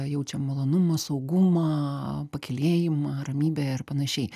jaučiam malonumą saugumą pakylėjimą ramybę ir panašiai